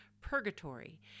purgatory